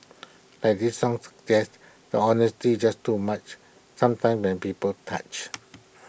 like this song suggests the honesty's just too much sometimes when people touch